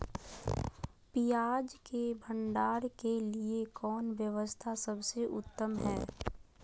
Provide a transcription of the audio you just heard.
पियाज़ के भंडारण के लिए कौन व्यवस्था सबसे उत्तम है?